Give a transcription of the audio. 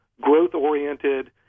growth-oriented